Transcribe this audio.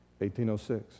1806